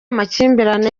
amakimbirane